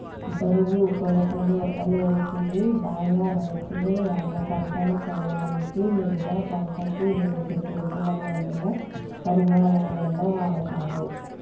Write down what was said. బరువు, కొలతలు, అనేటివి బాగా రైతులువాళ్ళ పంటను కొలవనీకి, లేదా పంటకివేసే పురుగులమందుల పరిమాణాలలో వాడతరు